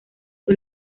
fue